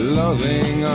loving